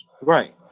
Right